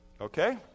Okay